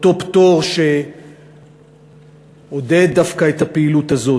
אותו פטור שעודד דווקא את הפעילות הזאת,